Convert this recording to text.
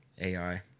AI